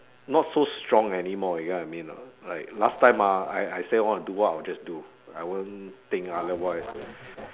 not so strong anymore you get what I mean or not like last time ah I I say want to do what I will just do I won't think otherwise